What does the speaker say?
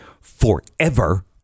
forever